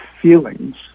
feelings